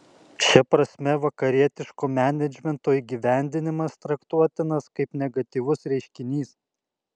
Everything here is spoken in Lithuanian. šia prasme vakarietiško menedžmento įgyvendinimas traktuotinas kaip negatyvus reiškinys